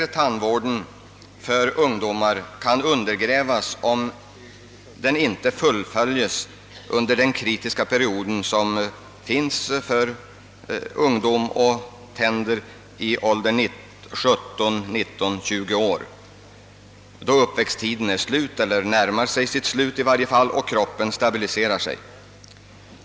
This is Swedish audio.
Effekten av ungdomens tidigare tandvård kan äventyras, om inte vården fullföljes under den kritiska perioden upp till 19—20-årsåldern, då uppväxttiden närmar sig sitt slut och kroppen stabiliserar sig.